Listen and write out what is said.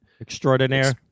Extraordinaire